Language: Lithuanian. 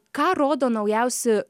ką rodo naujausi